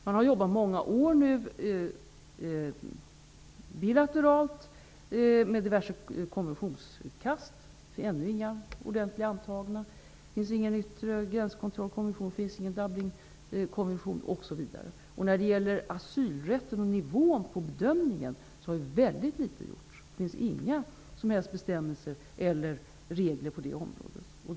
Man har i många år jobbat bilateralt med diverse konventionsutkast, men det finns ännu inte några ordentliga konventioner antagna. Det finns ingen konvention om yttre gränskontroll, det finns ingen Dublinkommission, osv. Och när det gäller asylrätten och nivån på bedömningen, har ju väldigt litet gjorts. Det finns inga som helst bestämmelser eller regler på det området.